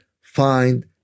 find